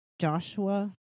Joshua